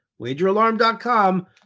wageralarm.com